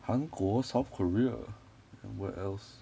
韩国 south korea and where else